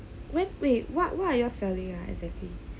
wait wait what what are you selling ah exactly